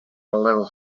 little